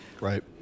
Right